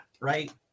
right